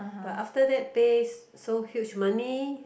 but after that pays so huge money